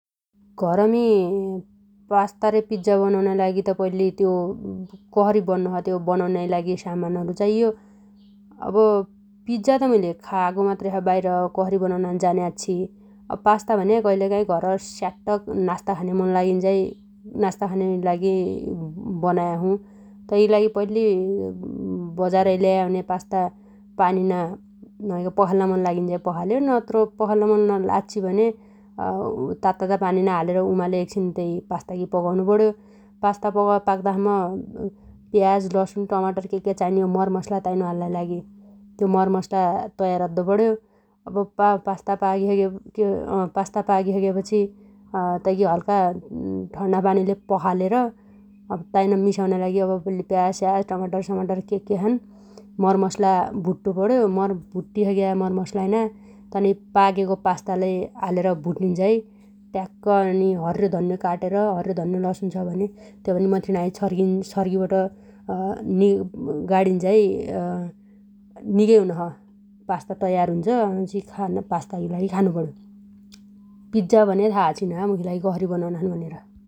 घरमी पास्ता रे पिज्जा बनाउनाइ लागि त पैल्ली त्यो कसरी बन्नोछ त्यो बनाउनाइ लागि सामानहरु चाइयो । अब पिज्जा त मुइले खागो मात्रै छ बाइर कसरी बनाउछन् जान्या आच्छी । अब पास्ता भन्या कइलकाइ घर स्याट्ट नास्ता खाने मन लागिन्झाइ नास्ता खानाइ लागि बनाया छु । तैगी लागि पैल्ली बजारहै ल्याया हुन्या पास्ता पानीना नमाइगा पखाल्ल मन लागिन्झाइ पखाल्यो नत्र पखाल्ल मन आच्छी भन्या तात्तातै पानीमा हालेर उमाल्यो एकछिन तैगी पगाउनुपण्यो । पास्ता पाग्तासम्म प्याज, लसुन, टमाटर क्याक्क्या चाइन्या हो मरमसला ताइनो हाल्लाइ लागि त्यो मरमसला तयार अद्दो पण्यो । अब पास्ता पागिसके पागिसकेपछि अँ पास्ता पाकिसकेपछि तैगी हल्का ठण्ना पानीले पखालेर ताइनो मिसाउनाइ लागि पैल्ली प्याजस्याज टमाटर समाटर क्याक्क्या छन् मरमसला भुट्टु पण्यो । मर भुटिसग्या मरमसलाइना पागेगो पास्ता लै हालेर भुटिन्झाइ ट्याक्क अनि हर्र्यो धन्न्यो काटेर हर्र्यो धन्न्यो लसुन छ भने त्यो पनि मथिउणाहै छणिबट गाणिन्झाइ निगै हुनोछ । पास्ता तयार हुन्छ वछि पास्तागी लागि खानुपण्यो । पिज्जा भन्या था आछिन हा मुखिलाय कसरी बनाउनाछन् भनेर ।